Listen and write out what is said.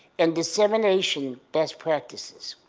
and dissemination best practices,